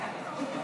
(תיקוני חקיקה להשגת יעדי התקציב לשנת התקציב 2019),